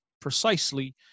precisely